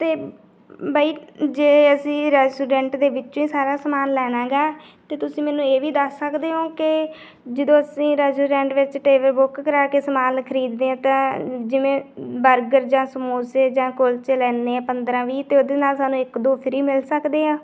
ਅਤੇ ਬਾਈ ਜੇ ਅਸੀਂ ਰੈਸਟੋਡੈਂਟ ਦੇ ਵਿੱਚੋਂ ਹੀ ਸਾਰਾ ਸਮਾਨ ਲੈਣਾ ਹੈਗਾ ਅਤੇ ਤੁਸੀਂ ਮੈਨੂੰ ਇਹ ਵੀ ਦੱਸ ਸਕਦੇ ਹੋ ਕਿ ਜਦੋਂ ਅਸੀਂ ਰੈਸਟੋਡੈਂਟ ਵਿੱਚ ਟੇਬਲ ਬੁੱਕ ਕਰਾ ਕੇ ਸਮਾਨ ਖਰੀਦ ਦੇ ਹਾਂ ਤਾਂ ਜਿਵੇਂ ਬਰਗਰ ਜਾਂ ਸਮੋਸੇ ਜਾਂ ਕੁਲਚੇ ਲੈਂਦੇ ਹਾਂ ਪੰਦਰ੍ਹਾਂ ਵੀਹ ਤਾਂ ਉਹਦੇ ਨਾਲ ਸਾਨੂੰ ਇੱਕ ਦੋ ਫ੍ਰੀ ਮਿਲ ਸਕਦੇ ਆ